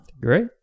Great